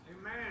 Amen